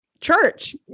church